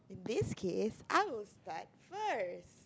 this kids I will start first